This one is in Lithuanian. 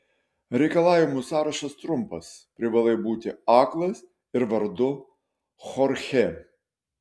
reikalavimų sąrašas trumpas privalai būti aklas ir vardu chorchė